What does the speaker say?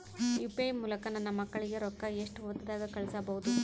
UPI ಮೂಲಕ ನನ್ನ ಮಕ್ಕಳಿಗ ರೊಕ್ಕ ಎಷ್ಟ ಹೊತ್ತದಾಗ ಕಳಸಬಹುದು?